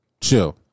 chill